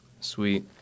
Sweet